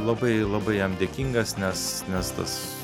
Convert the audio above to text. labai labai jam dėkingas nes nes tas